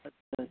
अच्छा